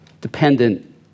dependent